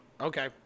Okay